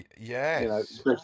Yes